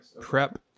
prep